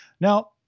Now